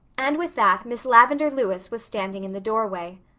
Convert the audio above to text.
and with that miss lavendar lewis was standing in the doorway.